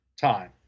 time